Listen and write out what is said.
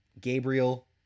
Gabriel